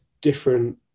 different